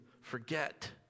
forget